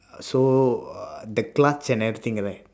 so uh the clutch and everything at where